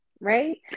right